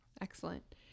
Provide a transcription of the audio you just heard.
Excellent